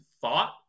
thought